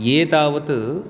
ये तावत्